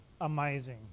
amazing